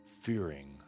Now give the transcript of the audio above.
fearing